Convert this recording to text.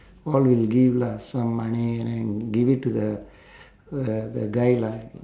all we give lah some money and then give it to the the the guy lah